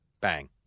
Bang